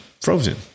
frozen